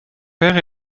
père